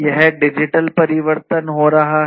यह डिजिटल परिवर्तन हो रहा है